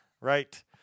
Right